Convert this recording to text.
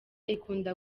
ikunda